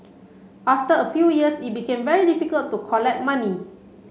after a few years it became very difficult to collect money